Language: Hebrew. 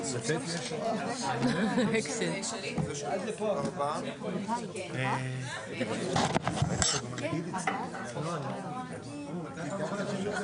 09:53.